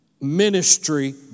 ministry